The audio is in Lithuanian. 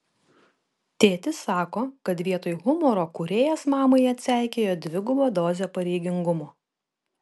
tėtis sako kad vietoj humoro kūrėjas mamai atseikėjo dvigubą dozę pareigingumo